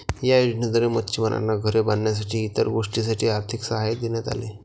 या योजनेद्वारे मच्छिमारांना घरे बांधण्यासाठी इतर गोष्टींसाठी आर्थिक सहाय्य देण्यात आले